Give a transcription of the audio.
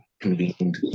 convened